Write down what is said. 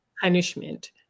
punishment